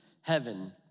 heaven